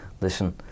listen